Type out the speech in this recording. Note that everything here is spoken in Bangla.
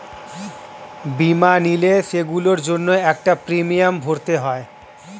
বীমা নিলে, সেগুলোর জন্য একটা প্রিমিয়াম ভরতে হয়